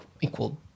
equal